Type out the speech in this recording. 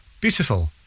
Beautiful